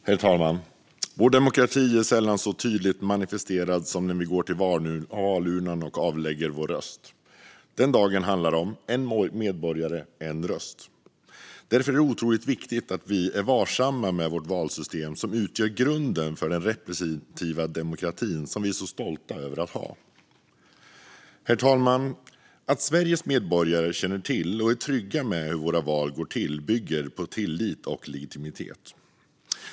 Herr talman! Vår demokrati är sällan så tydligt manifesterad som när vi går till valurnan och avlägger vår röst. Den dagen handlar om en medborgare, en röst. Därför är det otroligt viktigt att vi är varsamma med vårt valsystem, som utgör grunden för den representativa demokrati som vi är så stolta över att ha. Herr talman! Att Sveriges medborgare känner till och är trygga med hur våra val går till bygger tillit och legitimitet.